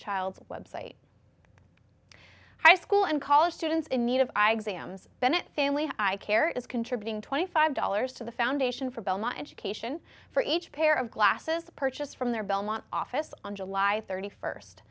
child's website high school and college students in need of i exams bennett family i care is contributing twenty five dollars to the foundation for belmont education for each pair of glasses purchased from their belmont office on july